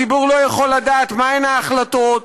הציבור לא יכול לדעת מהן ההחלטות,